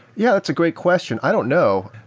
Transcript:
yeah, that's a great question. i don't know.